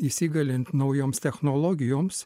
įsigalint naujoms technologijoms